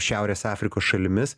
šiaurės afrikos šalimis